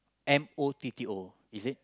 M O T T O is it